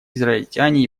израильтяне